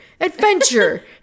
adventure